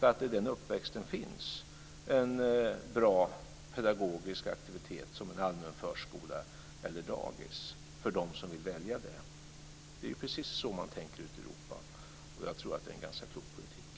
I den uppväxten finns en bra pedagogisk aktivitet som en allmän förskola eller dagis för dem som vill välja det. Det är precis så man tänker ute i Europa. Jag tror att det är en ganska klok politik.